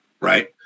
right